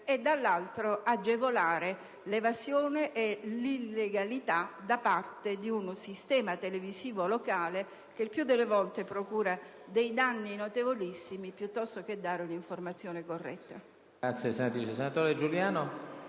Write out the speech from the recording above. e, dall'altro, agevolare l'evasione e l'illegalità da parte di un sistema televisivo locale che il più delle volte procura danni notevolissimi piuttosto che dare un'informazione corretta.